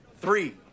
three